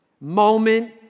moment